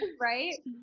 Right